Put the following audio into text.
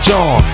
John